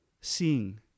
Seeing